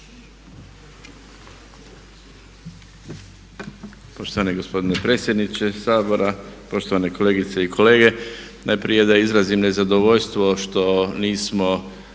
Poštovani gospodine predsjedniče Sabora. Poštovane kolegice i kolege. Najprije da izrazim nezadovoljstvo što nismo